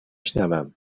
شنوم